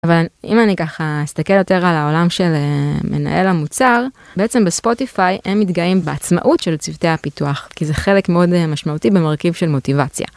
אבל אם אני ככה אסתכל יותר על העולם של מנהל המוצר בעצם בספוטיפיי הם מתגאים בעצמאות של צוותי הפיתוח כי זה חלק מאוד משמעותי במרכיב של מוטיבציה.